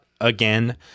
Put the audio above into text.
Again